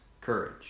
Courage